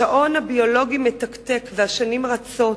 השעון הביולוגי מתקתק והשנים רצות.